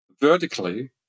vertically